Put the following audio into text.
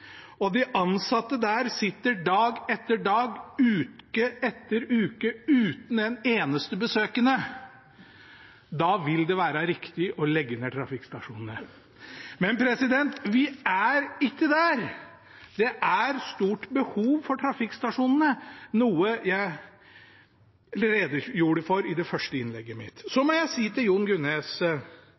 og de ansatte der sitter dag etter dag, uke etter uke, uten en eneste besøkende, da vil det være riktig å legge ned trafikkstasjonene. Men vi er ikke der. Det er stort behov for trafikkstasjonene, noe jeg redegjorde for i det første innlegget mitt. Så må jeg si til Jon Gunnes: